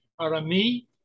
Arami